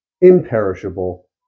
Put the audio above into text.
imperishable